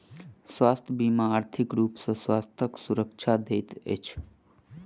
स्वास्थ्य बीमा आर्थिक रूप सॅ स्वास्थ्यक सुरक्षा दैत अछि